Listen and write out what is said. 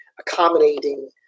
accommodating